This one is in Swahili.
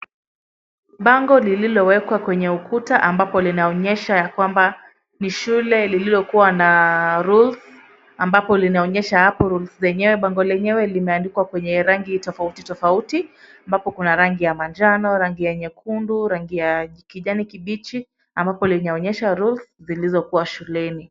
Bango lililowekwa kwenye ukuta kwamba ni shule lililokuwa na rules ambapo linaonyesha ambapo bango lenyewe limeandikwa kwenye rangi tofauti tofauti ambapo kuna rangi ya manjano, rangi ya nyekundu, rangi ya kijani kibichi ambapo linaonyesha rules zilizokuwa shuleni.